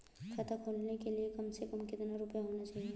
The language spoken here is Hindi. खाता खोलने के लिए कम से कम कितना रूपए होने चाहिए?